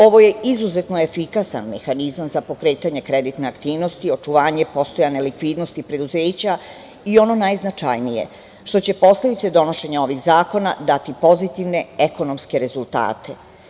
Ovo je izuzetno efikasan mehanizam za pokretanje kreditne aktivnosti, očuvanje postojane likvidnosti preduzeća i, ono najznačajnije, što će posledice donošenja ovih zakona dati pozitivne ekonomske rezultate.